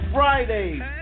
Friday's